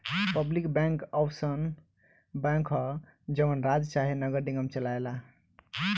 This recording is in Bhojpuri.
पब्लिक बैंक अउसन बैंक ह जवन राज्य चाहे नगर निगम चलाए ला